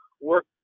work